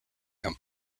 him